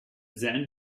then